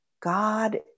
God